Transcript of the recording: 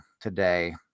today